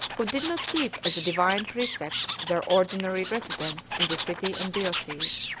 who did not keep as a divine precept their ordinary residence in the city and diocese.